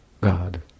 God